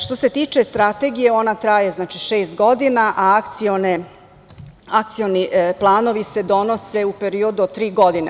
Što se tiče Strategije, ona traje šest godina, a Akcioni planovi se donose u periodu od tri godine.